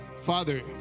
Father